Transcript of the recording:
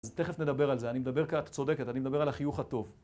אז תכף נדבר על זה, אני מדבר, את צודקת, אני מדבר על החיוך הטוב.